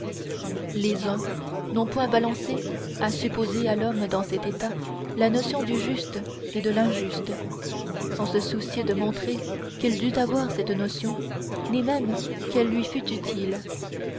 les uns n'ont point balancé à supposer à l'homme dans cet état la notion du juste et de l'injuste sans se soucier de montrer qu'il dût avoir cette notion ni même qu'elle lui fût utile